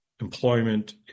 employment